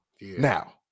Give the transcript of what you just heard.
Now